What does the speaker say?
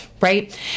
Right